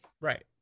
right